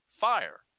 fire